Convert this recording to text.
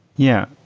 yeah.